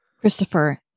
christopher